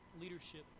leadership